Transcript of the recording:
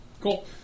Cool